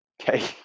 okay